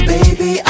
Baby